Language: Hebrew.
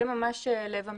זה ממש לב המטרופולין.